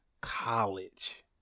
college